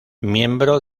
miembro